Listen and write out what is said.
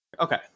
Okay